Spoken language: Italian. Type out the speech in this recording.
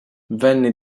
venne